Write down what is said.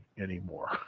anymore